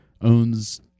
owns